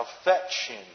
affection